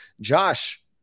Josh